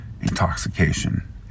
intoxication